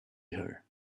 her